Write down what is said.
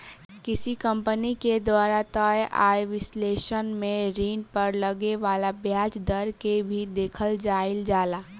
किसी कंपनी के द्वारा तय आय विश्लेषण में ऋण पर लगे वाला ब्याज दर के भी देखल जाइल जाला